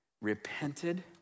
repented